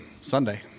Sunday